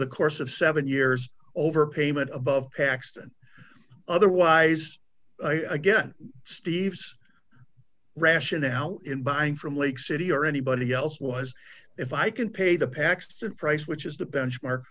the course of seven years overpayment above paxton otherwise again steve's rationale in buying from lake city or anybody else was if i can pay the paxton price which is the benchmark